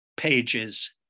pages